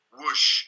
whoosh